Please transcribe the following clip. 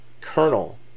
kernel